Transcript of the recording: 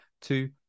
two